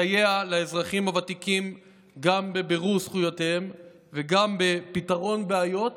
מסייע לאזרחים הוותיקים גם בבירור זכויותיהם וגם בפתרון בעיות